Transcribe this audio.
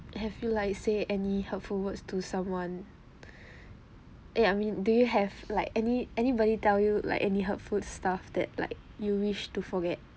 have you like say any hurtful words to someone eh I mean do you have like any anybody tell you like any hurtful stuff that like you wish to forget